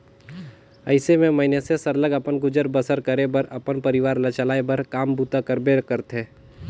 अइसे में मइनसे सरलग अपन गुजर बसर करे बर अपन परिवार ल चलाए बर काम बूता करबे करथे